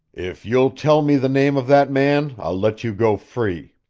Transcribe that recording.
if you'll tell me the name of that man i'll let you go free.